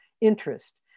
interest